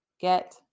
get